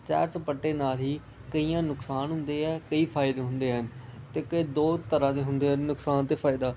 set ਸਪਾਟੇ ਨਾਲ ਹੀ ਕਈਆਂ ਨੁਕਸਾਨ ਹੁੰਦੇ ਆ ਕਈ ਫਾਇਦੇ ਹੁੰਦੇ ਆ ਅਤੇ ਕਈ ਦੋ ਤਰ੍ਹਾਂ ਦੇ ਹੁੰਦੇ ਆ ਨੁਕਸਾਨ ਅਤੇ ਫਾਇਦਾ